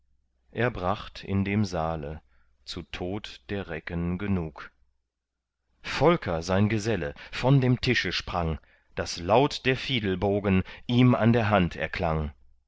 er bracht in dem saale zu tod der recken genug volker sein geselle von dem tische sprang daß laut der fiedelbogen ihm an der hand erklang